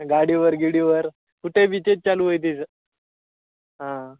गाडीवर गिडीवर कुठेही तेच चालू आहे तेच हां